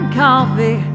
coffee